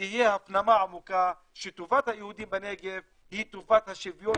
ותהיה הפנמה עמוקה שטובת היהודים בנגב היא טובת השוויון